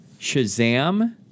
Shazam